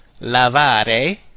Lavare